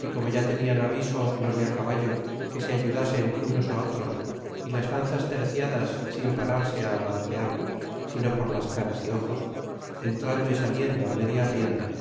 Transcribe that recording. y como ya tenian aviso los de caballo que se ayudasen unos otros y las lanzas terciadas sin pararse alancear sino por las caras y ojos entrando y saliendo media rienda